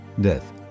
death